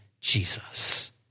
Jesus